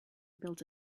built